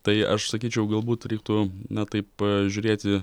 tai aš sakyčiau galbūt reiktų na taip žiūrėti